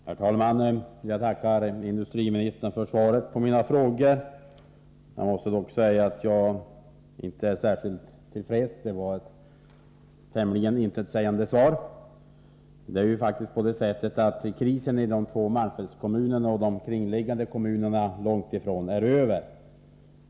Herr talman! Jag tackar industriministern för svaret på mina frågor. Jag måste dock säga att jag inte är särskilt till freds. Det var ett tämligen intetsägande svar. Det är faktiskt så att krisen i malmfältskommunerna och i de kringliggande kommunerna långt ifrån är över.